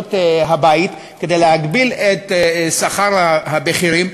סיעות הבית, כדי להגביל את שכר הבכירים.